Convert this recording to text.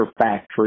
factory